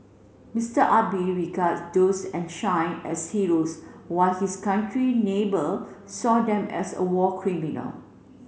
Mister Abe regards those enshrine as heroes while his country's neighbour saw them as war criminals